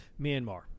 Myanmar